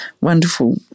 wonderful